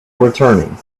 returning